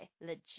legit